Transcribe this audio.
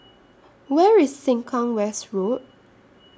Where IS Sengkang West Road